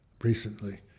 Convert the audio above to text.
recently